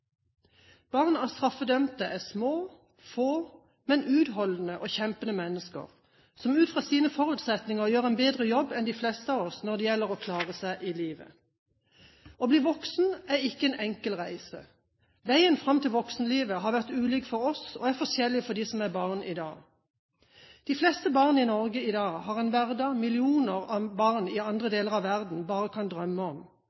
Barn av straffedømte er små, få, men utholdende og kjempende mennesker, som ut fra sine forutsetninger gjør en bedre jobb enn de fleste av oss når det gjelder å klare seg i livet. Å bli voksen er ikke en enkel reise. Veien fram til voksenlivet har vært ulik for oss og er forskjellig for dem som er barn i dag. De fleste barn i Norge i dag har en hverdag millioner av barn i andre deler av verden bare kan drømme om.